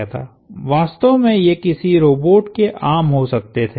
वास्तव में ये किसी रोबोट के आर्म हो सकते थे